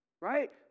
Right